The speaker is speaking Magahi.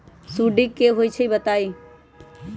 सुडी क होई छई बताई?